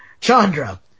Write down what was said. Chandra